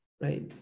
right